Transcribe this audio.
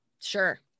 Sure